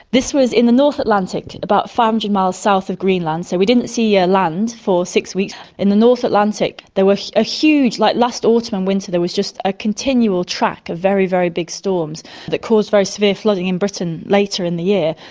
this was in the north atlantic, about five hundred and and miles south of greenland, so we didn't see ah land for six weeks. in the north atlantic and there were ah huge, like last autumn and winter there was just a continual track of very, very big storms that caused very severe flooding in britain later in the year,